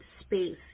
space